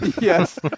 Yes